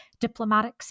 Diplomatics